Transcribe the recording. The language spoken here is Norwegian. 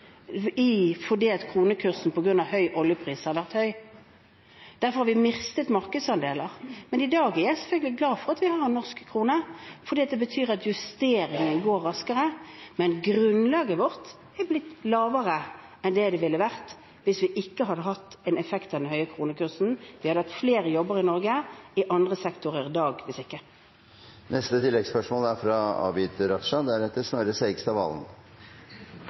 fordi kronekursen har vært høy på grunn av høy oljepris. Derfor har vi mistet markedsandeler. Men i dag er jeg selvfølgelig glad for at vi har den norske kronen, fordi det betyr at justeringen går raskere. Men grunnlaget vårt er blitt lavere enn det ville vært hvis vi ikke hadde hatt en effekt av den høye kronekursen. Vi hadde i dag hatt flere jobber i Norge i andre sektorer hvis ikke. Abid Q. Raja – til oppfølgingsspørsmål. Det er